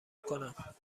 کنم